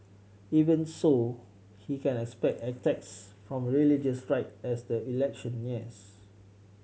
even so he can expect attacks from the religious right as the election nears